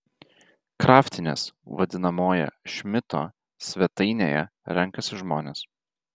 kraftienės vadinamoje šmito svetainėje renkasi žmonės